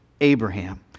Abraham